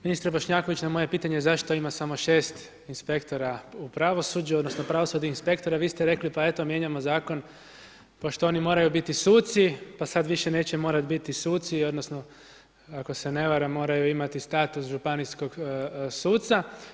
Ministre Bošnjaković na moje pitanje zašto ima samo 6 inspektora u pravosuđu, odnosno pravosudnih inspektora vi ste rekli pa eto mijenjamo zakon pošto oni moraju biti suci pa sada više neće morati biti suci, odnosno ako se ne varam moraju imati status županijskog suca.